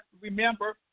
remember